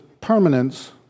permanence